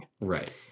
Right